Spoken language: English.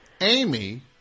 amy